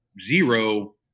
zero